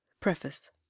Preface